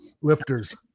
lifters